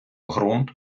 грунт